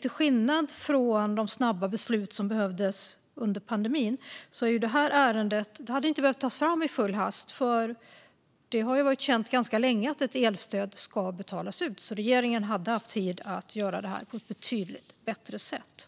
till skillnad från de snabba beslut som behövdes under pandemin hade det här ärendet inte behövt tas fram i full hast, för det har ju varit känt ganska länge att ett elstöd ska betalas ut. Regeringen hade alltså haft tid att göra det här på ett betydligt bättre sätt.